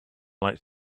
likes